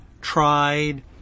tried